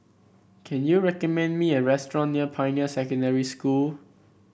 can you recommend me a restaurant near Pioneer Secondary School